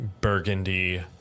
burgundy